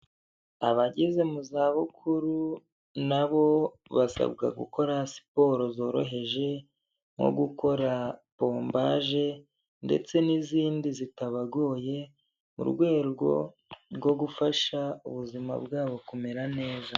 Abageze mu zabukuru nabo basabwa gukora siporo zoroheje nko gukora pombaje ndetse n'izindi zitabagoye mu rwego rwo gufasha ubuzima bwabo kumera neza.